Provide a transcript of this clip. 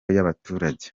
y’abaturage